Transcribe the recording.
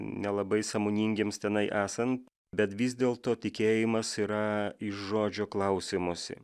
nelabai sąmoningiems tenai esant bet vis dėlto tikėjimas yra iš žodžio klausimosi